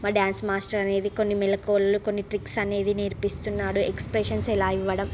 మా dance master అనేది కొన్ని మెళకువలు కొన్ని ట్రిక్స్ అనేవి నేర్పిస్తున్నాడు ఎక్స్ప్రెషన్స్ ఎలా ఇవ్వడం